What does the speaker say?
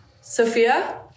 Sophia